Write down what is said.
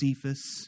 Cephas